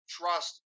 trust